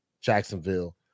Jacksonville